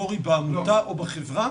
סטטוטורי בעמותה או בחברה?